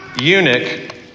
eunuch